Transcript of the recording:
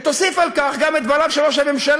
ותוסיף על כך גם את דבריו של ראש הממשלה,